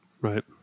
Right